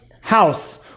house